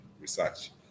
research